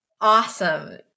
awesome